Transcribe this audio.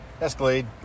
Escalade